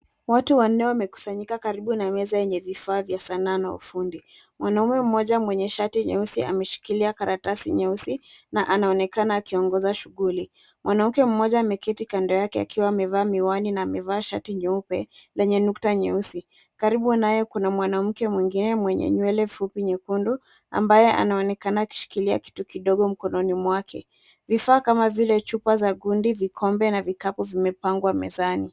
Watu wanne wamekusanyika karibu na meza yenye vifaa vya sanaa na ufundi. Mwanamume mmoja mwenye shati nyeusi ameshikilia karatasai nyeusi na anaonekana akiongoza shughuli. Mwanamke mmoja ameketi kando yake akiwa amevaa miwani na amevaa shati nyeupe lenye nukta nyeusi. Karibu naye kuna mwanamke mwingine mwenye nywele fupi nyekundu ambaye anaonekana akishikilia kitu kidogo mkononi mwake. Vifaa kama vile chupa za gundi, vikombe na vikapu vimepangwa mezani.